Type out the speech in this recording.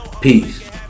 Peace